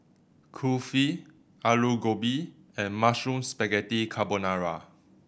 Kulfi Alu Gobi and Mushroom Spaghetti Carbonara